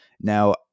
Now